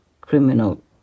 criminal